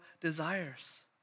desires